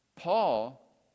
Paul